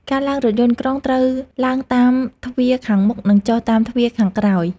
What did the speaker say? ការឡើងរថយន្តក្រុងត្រូវឡើងតាមទ្វារខាងមុខ និងចុះតាមទ្វារខាងក្រោយ។